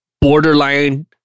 borderline